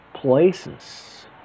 places